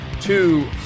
two